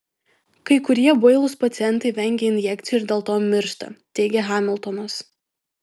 kai kurie bailūs pacientai vengia injekcijų ir dėl to miršta teigia hamiltonas